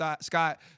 Scott